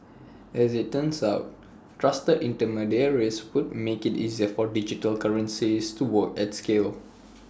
and as IT turns out trusted intermediaries would make IT easier for digital currencies to work at scale